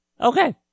Okay